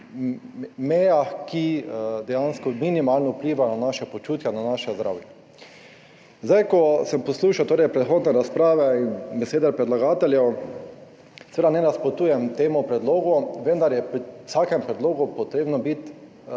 mejah, ki dejansko minimalno vplivajo na naše počutje, na naše zdravje. Ko sem poslušal predhodne razprave in besede predlagateljev, seveda ne nasprotujem temu predlogu, vendar je pri vsakem predlogu treba to